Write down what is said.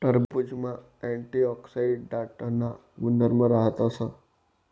टरबुजमा अँटीऑक्सीडांटना गुणधर्म राहतस